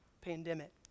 pandemic